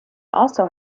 also